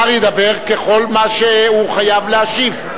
השר ידבר ככל מה שהוא חייב להשיב.